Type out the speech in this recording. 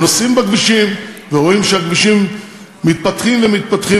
הם נוסעים בכבישים ורואים שהכבישים מתפתחים ומתפתחים